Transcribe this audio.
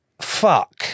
Fuck